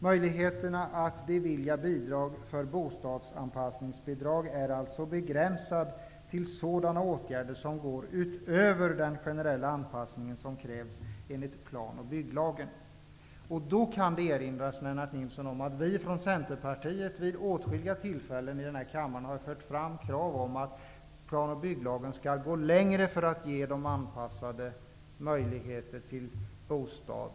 Möjligheterna att bevilja bostadsanpassningsbidrag är begränsade till sådana åtgärder som går utöver den generella anpassning som krävs enligt plan och bygglagen. Jag vill då erinra Lennart Nilsson om att vi från Centerpartiet har vid åtskilliga tillfällen fört fram krav i kammaren om att plan och bygglagen skall gå längre när det gäller att ge de handikappade möjligheter till en anpassad bostad.